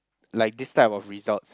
like this type of results